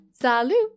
Salut